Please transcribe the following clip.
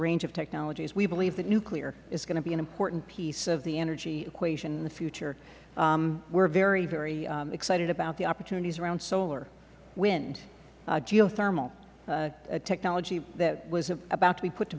range of technologies we believe that nuclear is going to be an important piece of the energy equation in the future we are very very excited about the opportunities around solar wind geothermal a technology that was about to be put to